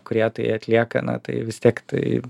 kurie tai atlieka na tai vis tiek tai